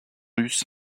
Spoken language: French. huss